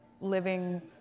living